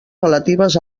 relatives